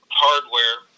hardware